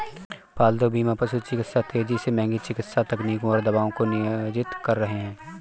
पालतू बीमा पशु चिकित्सा तेजी से महंगी चिकित्सा तकनीकों और दवाओं को नियोजित कर रही है